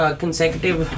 consecutive